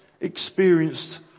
experienced